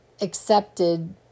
accepted